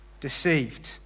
deceived